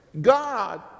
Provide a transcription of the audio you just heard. God